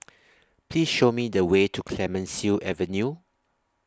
Please Show Me The Way to Clemenceau Avenue